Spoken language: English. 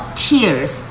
，tears，